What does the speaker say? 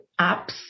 apps